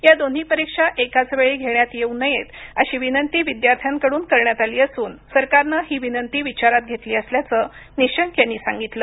या दोन्ही परीक्षा एकाच वेळी घेण्यात येऊन नयेत अशी विनंती विद्यार्थ्यांकडून करण्यात आली असून सरकारनं ही विनंती विचारात घेतली असल्याचं निशंक यांनी सांगितलं